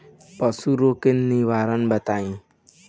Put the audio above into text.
पशु रोग के निवारण बताई?